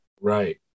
Right